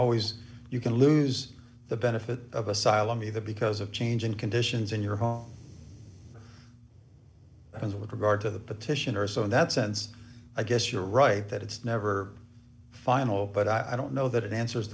always you can lose the benefit of asylum either because of changing conditions in your home and with regard to the petitioner so in that sense i guess you're right that it's never final but i don't know that it answers